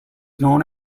known